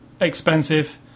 expensive